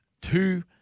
two